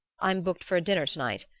i'm booked for a dinner to-night.